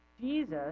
Jesus